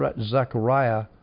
Zechariah